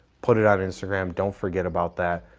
put it on instagram. don't forget about that.